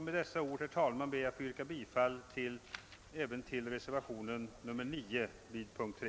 Med dessa ord ber jag, herr talman, att få yrka bifall även till reservationen 9 vid punkten 3.